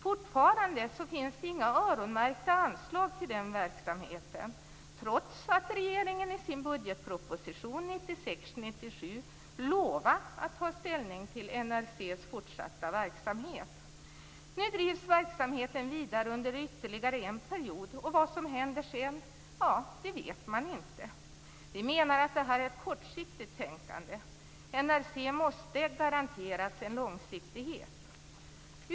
Fortfarande finns det inga öronmärkta anslag till den verksamheten trots att regeringen i sin budgetproposition 1996/97 lovat att ta ställning till NRC:s fortsatta verksamhet. Nu drivs verksamheten vidare under ytterligare en period. Vad som händer sedan vet man inte. Vi menar att det är ett kortsiktigt tänkande. NRC måste garanteras en långsiktighet.